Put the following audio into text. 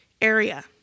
area